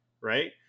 right